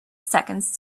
seconds